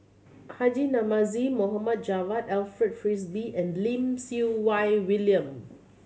Haji Namazie Mohd Javad Alfred Frisby and Lim Siew Wai William